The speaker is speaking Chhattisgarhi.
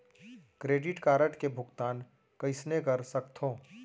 क्रेडिट कारड के भुगतान कइसने कर सकथो?